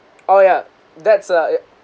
oh ya that's a